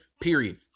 Period